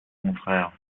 contraire